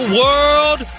world